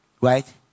Right